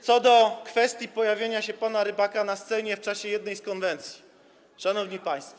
Co do kwestii pojawienia się pana Rybaka na scenie w czasie jednej z konwencji, można, szanowni państwo.